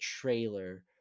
trailer